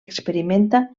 experimenta